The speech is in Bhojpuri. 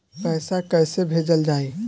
पैसा कैसे भेजल जाइ?